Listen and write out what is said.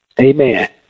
Amen